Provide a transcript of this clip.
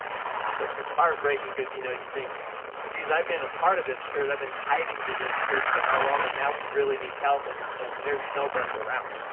which was heartbreaking because you know you think but geez, i've been a part of this church, i've been tithing to this church for how long and now we really need help and and there's nobody around.